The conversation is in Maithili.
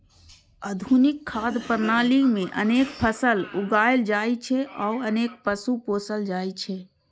आधुनिक खाद्य प्रणाली मे अनेक फसल उगायल जाइ छै आ अनेक पशु पोसल जाइ छै